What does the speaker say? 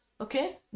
okay